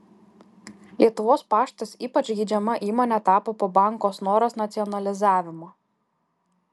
lietuvos paštas ypač geidžiama įmone tapo po banko snoras nacionalizavimo